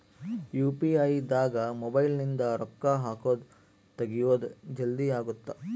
UPI ದಾಗ mobile ನಿಂದ ರೊಕ್ಕ ಹಕೊದ್ ತೆಗಿಯೊದ್ ಜಲ್ದೀ ಅಗುತ್ತ